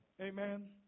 Amen